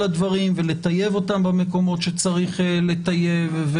הדברים ולטייב אותם במקומות שצריך לטייב,